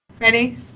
Ready